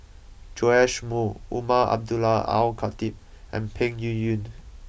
Joash Moo Umar Abdullah Al Khatib and Peng Yuyun